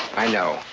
i know.